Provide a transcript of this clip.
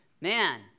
man